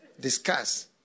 discuss